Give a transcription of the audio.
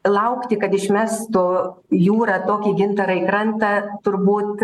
laukti kad išmestų jūra tokį gintarą į krantą turbūt